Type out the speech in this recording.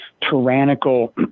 tyrannical